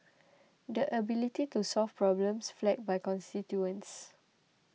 the ability to solve problems flagged by constituents